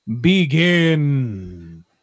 begin